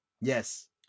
Yes